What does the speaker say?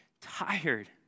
tired